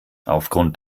aufgrund